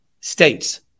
states